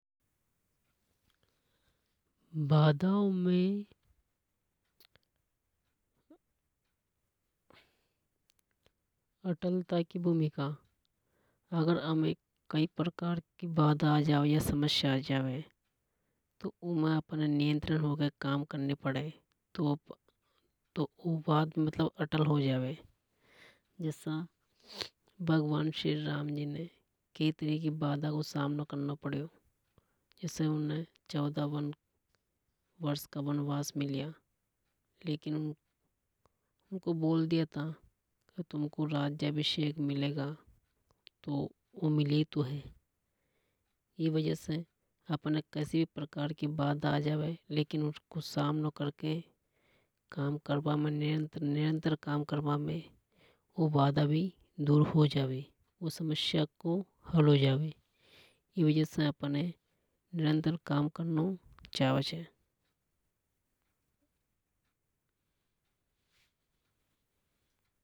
बाधाओं में अटलता की भूमिका। अगर हमें कई प्रकार की बाधा आ जावे तो उमे अपने नियंत्रण होके काम करनी पड़े तो वो बात अटल हो। जावे जसा भगवान श्रीराम जी ने कई तरह की बाधा को सामनों कारणों पढ़ियो जिसे उने चौदह वर्ष का वनवास मिलिया लेकिन उनको बोल दिया था कि तुमको राजाभिषेक मिलेगा तो। वो मीलिया तो हे ई वजह से अपने कसी भी प्रकार की बाधा आ जावे लेकिन उको सामनों करके काम करबा पे निरंतर काम करबा पे वो बाधा भी दूर हो जावे उ समस्या को भी हल हो जावे ई वजह से हमें निरंतर काम करनो चावे।